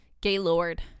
Gaylord